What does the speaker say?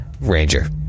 Ranger